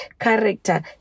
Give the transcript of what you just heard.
character